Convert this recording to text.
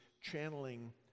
channeling